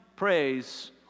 praise